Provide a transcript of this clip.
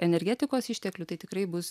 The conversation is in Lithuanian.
energetikos išteklių tai tikrai bus